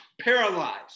paralyzed